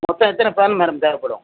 மொத்தம் எத்தனை fan madam தேவைப்படும்